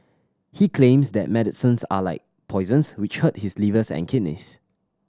he claims that medicines are like poisons which hurt his livers and kidneys